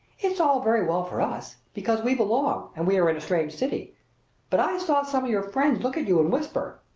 it's all very well for us, because we belong and we are in a strange city but i saw some of your friends look at you and whisper.